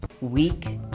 Weak